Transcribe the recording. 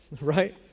Right